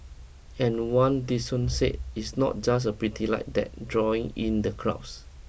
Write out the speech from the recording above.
and one say it's not just the pretty light that's drawing in the crowds